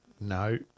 No